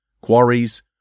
quarries